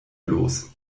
los